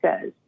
says